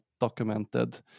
documented